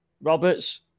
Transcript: Roberts